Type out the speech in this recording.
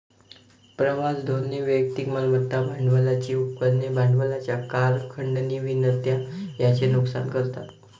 प्रवास धोरणे वैयक्तिक मालमत्ता, भाड्याची उपकरणे, भाड्याच्या कार, खंडणी विनंत्या यांचे नुकसान करतात